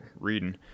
reading